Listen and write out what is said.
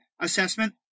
assessment